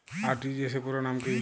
RTGS পুরো নাম কি?